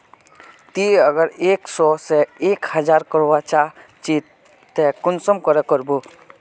ती अगर एक सो से एक हजार करवा चाँ चची ते कुंसम करे करबो?